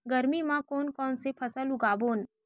गरमी मा कोन कौन से फसल उगाबोन?